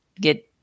get